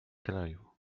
kraju